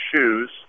shoes